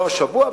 לא השבוע,